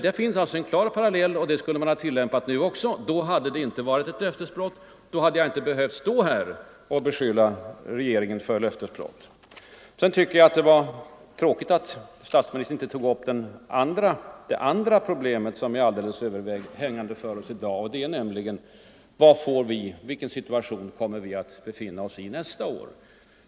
Det finns alltså en klar parallell, och man borde också ha tillämpat ett motsvarande förfaringssätt nu. Då hade det inte varit fråga om något löftesbrott. Och jag skulle inte ha behövt beskylla regeringen för ett sådant. Det var vidare tråkigt att regeringen inte tog upp det problem som är alldeles överhängande för oss i dag, nämligen vilken konjunktursituation vi kommer att befinna oss i nästa år.